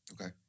Okay